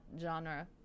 genre